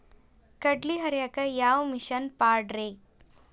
ಕಡ್ಲಿ ಹರಿಯಾಕ ಯಾವ ಮಿಷನ್ ಪಾಡ್ರೇ?